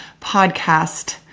podcast